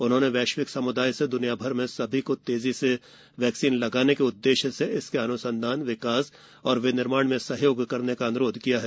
उन्होंने वैश्विक सम्दाय से द्रनियाभर में सभी को तेजी से वैक्सीन लगाने के उद्देश्य से इसके अन्संधान विकास और विनिर्माण में सहयोग करने का अन्रोध किया है